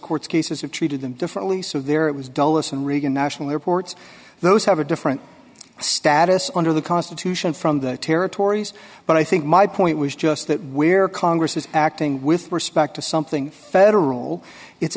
court's cases have treated them differently so there it was dulles and reagan national airport those have a different status under the constitution from the territories but i think my point was just that where congress is acting with respect to something federal it's